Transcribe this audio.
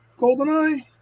GoldenEye